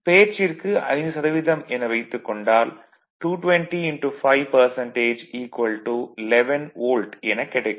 பேச்சிற்கு 5 சதவீதம் என வைத்துக் கொண்டால் 220 5 11 வோல்ட் எனக் கிடைக்கும்